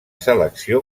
selecció